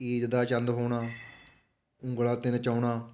ਈਦ ਦਾ ਚੰਦ ਹੋਣਾ ਉਂਗਲਾਂ 'ਤੇ ਨਚਾਉਣਾ